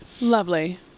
lovely